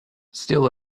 still